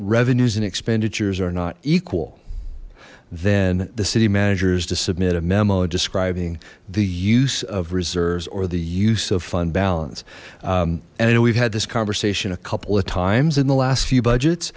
revenues and expenditures are not equal then the city managers to submit a memo describing the use of reserves or the use of fund balance and i know we've had this conversation a couple of times in the last few budget